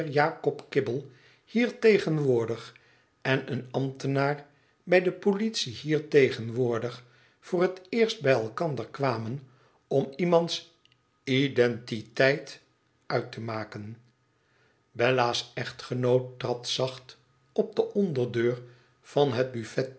kibble hier tegenwoordig en een ambtenaar bij de politie hier tegenwoordig voor het eerst bij elkander kwamen om iemands i d e n t i teit uit te maken bella's echtgenoot trad zacht op de onderdeur van het buffet